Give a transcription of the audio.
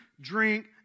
drink